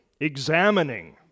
examining